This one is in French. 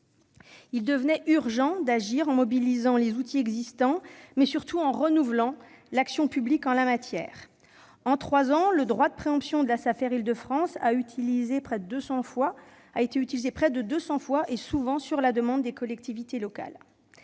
Il devenait urgent d'agir en mobilisant les outils existants, mais surtout en renouvelant l'action publique en la matière. En trois ans, le droit de préemption de la Safer Île-de-France a été utilisé 190 fois environ, souvent à la demande des collectivités locales.